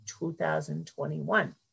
2021